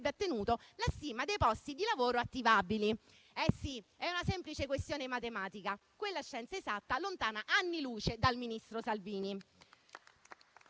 ottenuto così la stima dei posti di lavoro attivabili. È una semplice questione matematica, quella scienza esatta lontana anni luce dal ministro Salvini.